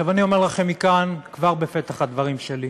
אני אומר לכם מכאן, כבר בפתח הדברים שלי,